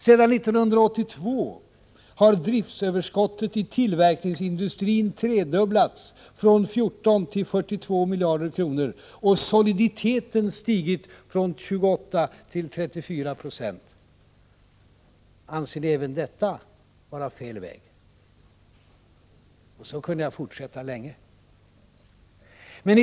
— Sedan 1982 har driftsöverskottet i tillverkningsindustrin tredubblats — från 14 till 42 miljarder kronor — och soliditeten stigit från 28 till 34 96. Anser ni även detta vara fel väg? Jag kunde fortsätta länge på detta sätt.